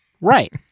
Right